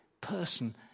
person